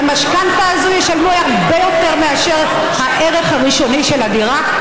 על משכנתה זו ישלמו הרבה יותר מאשר הערך ראשוני של הדירה.